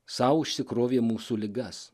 sau užsikrovė mūsų ligas